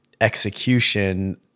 execution